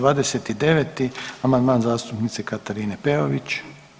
29. amandman zastupnice Katarine Peović.